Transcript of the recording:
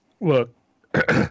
Look